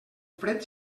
fred